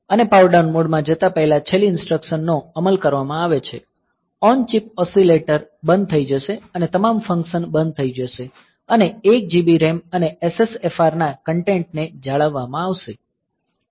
અને power down મોડમાં જતા પહેલા છેલ્લી ઇન્સ્ટ્રક્સન નો અમલ કરવામાં આવે છે ઓન ચિપ ઓસિલેટર બંધ થઈ જશે અને તમામ ફંક્સન બંધ થઈ જશે અને 1 GB RAM અને SSFR ના કન્ટેન્ટ ને જાળવવામાં આવશે